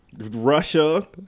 Russia